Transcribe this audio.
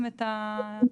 כן,